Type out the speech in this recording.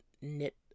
knit